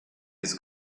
his